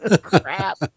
Crap